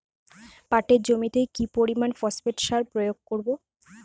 পাটের জমিতে কি পরিমান ফসফেট সার প্রয়োগ করব?